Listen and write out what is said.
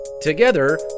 Together